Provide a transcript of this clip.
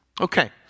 Okay